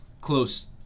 close